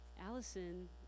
Allison